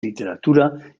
literatura